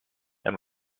and